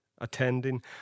attending